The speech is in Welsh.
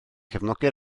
cefnogi